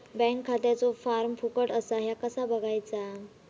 Bank खात्याचो form फुकट असा ह्या कसा बगायचा?